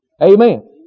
Amen